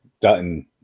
Dutton